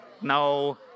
No